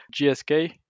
GSK